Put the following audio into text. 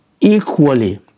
equally